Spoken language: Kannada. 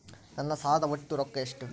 ನನ್ನ ಸಾಲದ ಒಟ್ಟ ರೊಕ್ಕ ಎಷ್ಟು?